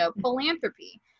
philanthropy